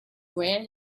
ran